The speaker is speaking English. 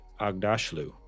Agdashlu